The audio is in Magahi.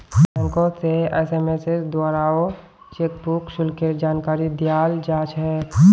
बैंकोत से एसएमएसेर द्वाराओ चेकबुक शुल्केर जानकारी दयाल जा छेक